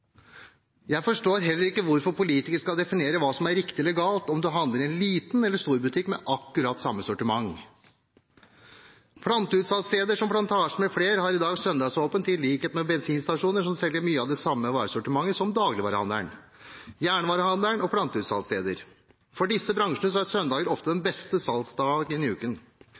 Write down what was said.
Jeg forstår heller ikke hvorfor politikere skal definere hva som er riktig eller galt om du handler i en liten eller stor butikk med akkurat samme sortiment. Planteutsalgssteder som Plantasjen mfl. har i dag søndagsåpent, i likhet med bensinstasjoner, som selger mye av det samme varesortimentet som dagligvarehandelen, jernvarehandelen og planteutsalgssteder. For disse bransjene er søndager ofte den beste salgsdagen i uken.